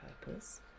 purpose